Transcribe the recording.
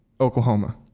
Oklahoma